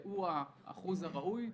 -- הוא האחוז הראוי -- הגיוני.